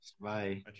bye